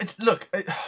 look